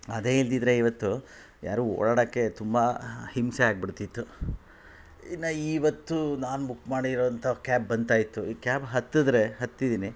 ಅದೇ ಇಲ್ಲದಿದ್ರೆ ಇವತ್ತು ಯಾರು ಓಡಾಡೋಕ್ಕೆ ತುಂಬ ಹಿಂಸೆ ಆಗಿಬಿಡ್ತಿತು ಇನ್ನು ಈವತ್ತು ನಾನು ಬುಕ್ ಮಾಡಿರೋಂಥ ಕ್ಯಾಬ್ ಬಂದಾಯ್ತು ಈ ಕ್ಯಾಬ್ ಹತ್ತಿದ್ರೆ ಹತ್ತಿದ್ದೀನಿ